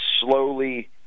slowly